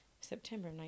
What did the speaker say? September